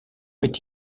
est